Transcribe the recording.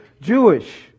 Jewish